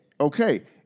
Okay